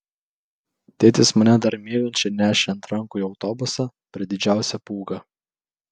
tėtis mane dar miegančią nešė ant rankų į autobusą per didžiausią pūgą